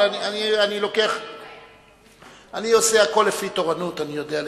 אני עושה הכול לפי תורנות, אני יודע לפי,